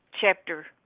chapter